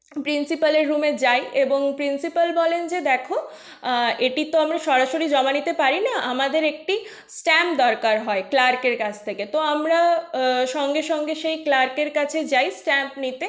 প্রিন্সিপালের রুমে যাই এবং প্রিন্সিপাল বলেন যে দেখো এটি তো আমরা সরাসরি জমা নিতে পারি না আমাদের একটি স্ট্যাম্প দরকার হয় ক্লার্কের কাছ থেকে তো আমরা সঙ্গে সঙ্গে সেই ক্লার্কের কাছে যাই স্ট্যাম্প নিতে